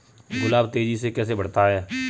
गुलाब तेजी से कैसे बढ़ता है?